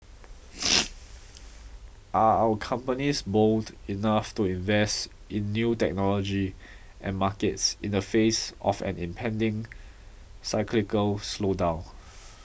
are our companies bold enough to invest in new technology and markets in the face of an impending cyclical slowdown